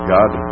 God